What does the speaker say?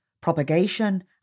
propagation